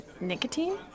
Nicotine